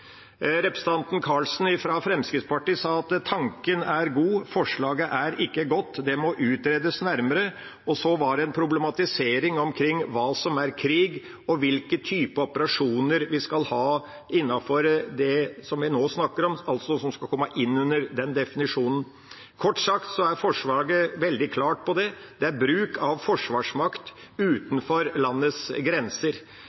Representanten Karlsen fra Fremskrittspartiet sa at tanken er god, forslaget er ikke godt, det må utredes nærmere, og så var det en problematisering omkring hva som er krig, og hvilke typer operasjoner vi skal ha innenfor det vi nå snakker om, altså hvilke som skal komme inn under den definisjonen. Kort sagt er forslaget veldig klart på det området: Det er bruk av forsvarsmakt